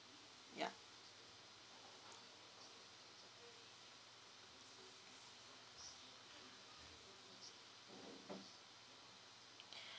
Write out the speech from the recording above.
ya